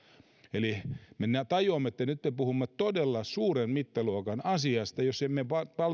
eli me tajuamme että nyt me puhumme todella suuren mittaluokan asiasta jos me emme